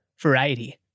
variety